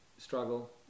struggle